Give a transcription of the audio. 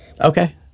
Okay